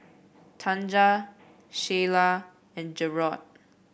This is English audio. Tanja Sheyla and Jerod